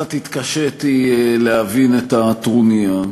קצת התקשיתי להבין את הטרוניה.